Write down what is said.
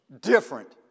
different